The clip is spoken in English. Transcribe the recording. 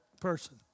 person